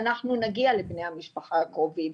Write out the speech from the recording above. אנחנו נגיע לבני המשפחה הקרובים,